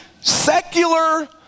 secular